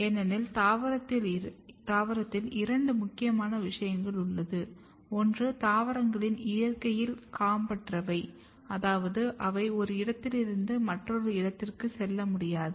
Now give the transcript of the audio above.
ஏனெனில் தாவரத்தில் இரண்டு முக்கியமான விஷயங்கள் உள்ளன ஒன்று தாவரங்கள் இயற்கையில் காம்பற்றவை அதாவது அவை ஒரு இடத்திலிருந்து மற்றொரு இடத்திற்கு செல்ல முடியாது